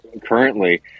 currently